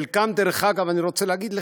את חלקן, אגב, אני רוצה לומר לך,